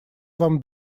вам